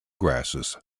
grasses